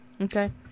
Okay